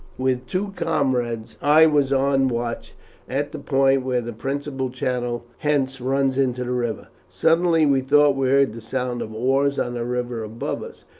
with two comrades i was on watch at the point where the principal channel hence runs into the river. suddenly we thought we heard the sound of oars on the river above us.